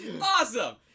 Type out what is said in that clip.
Awesome